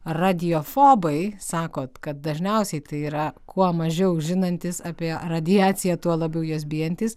radiofobai sakot kad dažniausiai tai yra kuo mažiau žinantys apie radiaciją tuo labiau jos bijantys